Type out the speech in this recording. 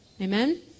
Amen